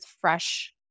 fresh